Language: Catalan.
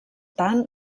tant